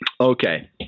Okay